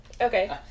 Okay